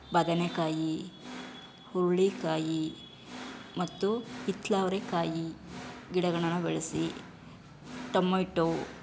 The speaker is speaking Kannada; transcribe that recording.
ಬದನೆಕಾಯಿ ಹುರುಳಿಕಾಯಿ ಮತ್ತು ಹಿತ್ತಲವ್ರೆಕಾಯಿ ಗಿಡಗಳನು ಬೆಳೆಸಿ ಟೊಮೆಟೊ